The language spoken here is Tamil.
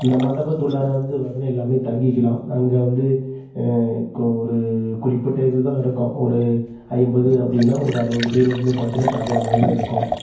அந்த மண்டபத்து உள்ளாற வந்து பார்த்தீன்னா எல்லாமே தங்கிக்கலாம் அங்கே வந்து கு ஒரு குறிப்பிட்ட இதுதான் இருக்கும் ஒரு ஐம்பது அப்படின்னா ஒரு அறுபது பேர் வந்து பார்த்தீன்னா தங்குற மாதிரி தான் இருக்கும்